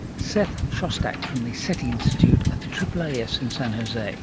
seth shostak from the seti institute at the aaas in san jose.